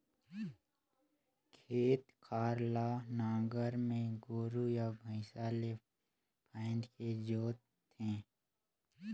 खेत खार ल नांगर में गोरू या भइसा ले फांदके जोत थे